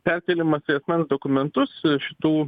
perkėlimas į asmens dokumentus šitų